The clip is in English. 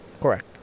Correct